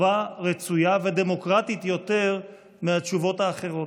טובה, רצויה ודמוקרטית יותר מהתשובות האחרות.